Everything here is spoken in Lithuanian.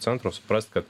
centro suprast kad